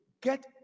get